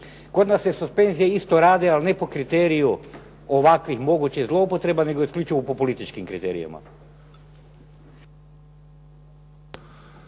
Kod nas se suspenzije isto rade, ali ne po kriteriju ovakvih mogućih zloupotreba nego isključivo po političkim kriterij ima.